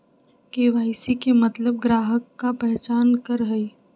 KYC के मतलब ग्राहक का पहचान करहई?